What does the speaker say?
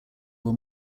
were